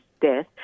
death